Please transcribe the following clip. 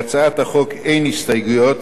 להצעת החוק אין הסתייגויות,